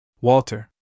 Walter